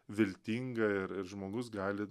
viltinga ir žmogus gali